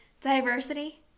diversity